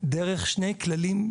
דרך שני כללים,